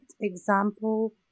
example